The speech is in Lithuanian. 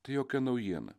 tai jokia naujiena